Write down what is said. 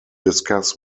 discuss